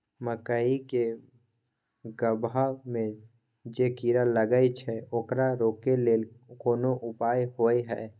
मकई के गबहा में जे कीरा लागय छै ओकरा रोके लेल कोन उपाय होय है?